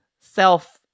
self